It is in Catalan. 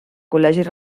col·legis